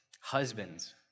Husbands